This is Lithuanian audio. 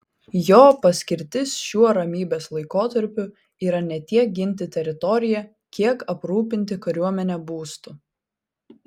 jo paskirtis šiuo ramybės laikotarpiu yra ne tiek ginti teritoriją kiek aprūpinti kariuomenę būstu